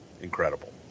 incredible